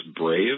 Brave